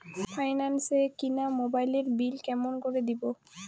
Finance এ কিনা মোবাইলের বিল কেমন করে দিবো?